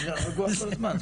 אני רגוע כל הזמן.